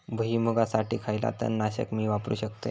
भुईमुगासाठी खयला तण नाशक मी वापरू शकतय?